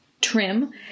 trim